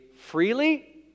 freely